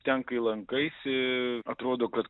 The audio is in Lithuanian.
ten kai lankaisi atrodo kad